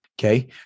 okay